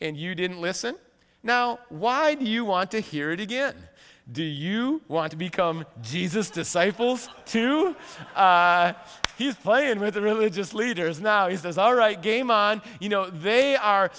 and you didn't listen now why do you want to hear it again do you want to become jesus disciples to he's playing with the religious leaders now is this all right game on you know they are